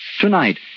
Tonight